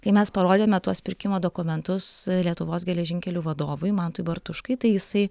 kai mes parodėme tuos pirkimo dokumentus lietuvos geležinkelių vadovui mantui bartuškai tai jisai